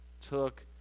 took